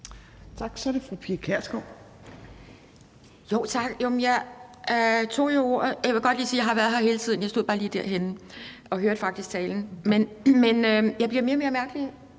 Tak. Så er det fru Pia Kjærsgaard. Kl. 13:14 Pia Kjærsgaard (DF): Tak. Jeg vil godt lige sige, at jeg har været her hele tiden, men jeg stod bare lige derhenne og hørte faktisk talen, og det bliver mere og mere mærkeligt